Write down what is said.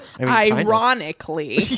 Ironically